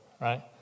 right